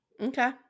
Okay